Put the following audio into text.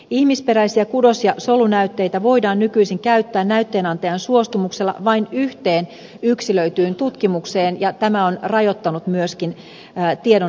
ihmisperäisiä kudos ja solunäytteitä voidaan nykyisin käyttää näytteenantajan suostumuksella vain yhteen yksilöityyn tutkimukseen ja tämä on rajoittanut myöskin tiedon levittämistä